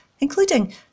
including